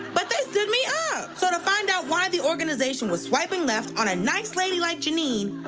but they stood me up. so to find out why the organization was swiping left on a nice lady like jeannine,